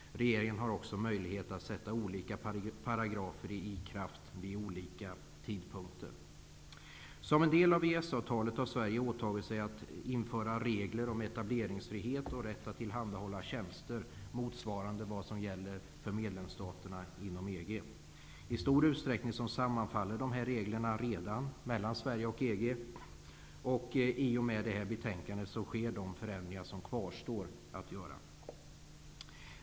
Regeringen har också möjlighet att sätta olika paragrafer i kraft vid olika tidpunkter. Som en del av EES-avtalet har Sverige åtagit sig att införa regler om etableringsfrihet och rätt att tillhandahålla tjänster motsvarande vad som gäller för medlemsstaterna inom EG. I stor utsträckning sammanfaller reglerna redan mellan Sverige och EG, och i och med detta betänkande görs de förändringar som kvarstår att göra.